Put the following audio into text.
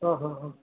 ಹಾಂ ಹಾಂ ಹಾಂ